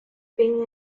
being